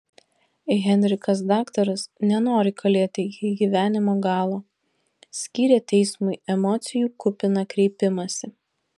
henrikas daktaras nenori kalėti iki gyvenimo galo skyrė teismui emocijų kupiną kreipimąsi